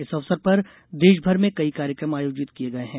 इस अवसर पर देश भर में कई कार्यक्रम आयोजित किये गये हैं